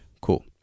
Cool